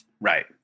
Right